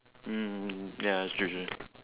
mm ya it's true true